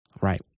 Right